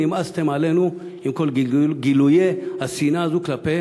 נמאסתם עלינו עם כל גילויי השנאה הזו כלפי